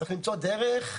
צריך למצוא דרך,